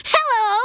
Hello